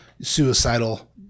suicidal